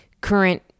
current